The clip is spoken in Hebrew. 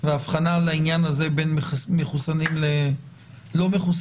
וההבחנה לעניין הזה בין מחוסנים לא מחוסנים.